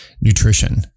nutrition